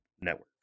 Network